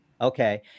Okay